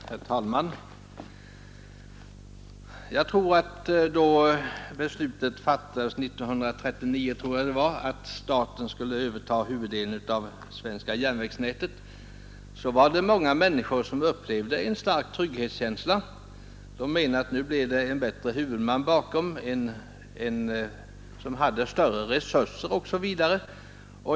Herr talman! Jag tror att då beslutet fattades — 1939 vill jag minnas att det var — om att staten skulle överta huvuddelen av det svenska järnvägsnätet var det många människor som upplevde en stark trygghetskänsla. De menade att nu blev det en bättre huvudman bakom järnvägarna, en som hade större resurser osv.